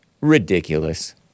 Ridiculous